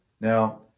Now